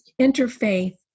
interfaith